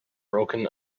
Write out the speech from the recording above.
broken